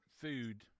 food